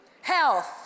health